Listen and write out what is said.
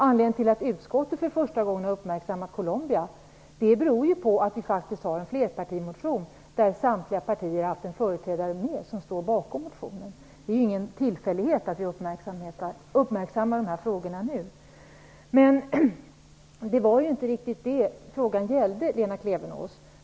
Anledningen till att utskottet för första gången har uppmärksammat Colombia är att det faktiskt har väckts en flerpartimotion, där samtliga partier har en företrädare bland undertecknarna. Det är ingen tillfällighet att vi uppmärksammar de här frågorna nu. Men det var inte riktigt det som min fråga gällde, Lena Klevenås.